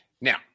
now